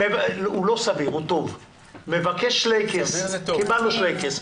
הוא לא סביר, הוא טוב, קיבלנו שלייקס.